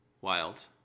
Wild